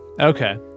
Okay